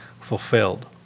fulfilled